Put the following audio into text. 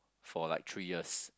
for like three years